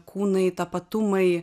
kūnai tapatumai